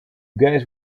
guys